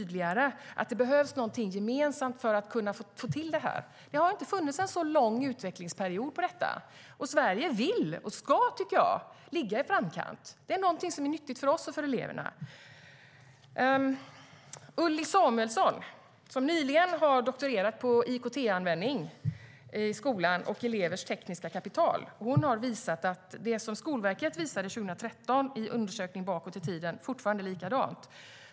Det behövs något gemensamt för att kunna få till det. Utvecklingsperioden för detta har inte varit så lång, men Sverige vill och ska ligga i framkant. Det är nyttigt för oss och för eleverna. Ulli Samuelsson har nyligen doktorerat på IKT-användning i skolan och elevers tekniska kapital. Hon har visat att det som Skolverket visade 2013 i undersökning bakåt i tiden fortfarande är likadant.